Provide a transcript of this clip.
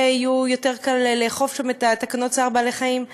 שיהיה יותר קל לאכוף שם את תקנות צער בעלי-חיים.